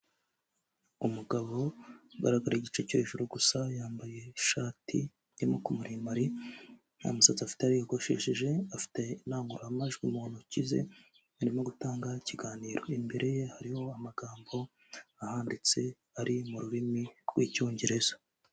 Umugabo ugaragara igice cyo hejuru gusa yambaye ishati y'amaboko maremare, nta musatsi afite yariyokoshesheje, afite indangururamajwi mu ntoki ze, arimo gutanga ikiganiro, imbere ye harimo amagambo ahanditse ari mu rurimi rw'icyongereza.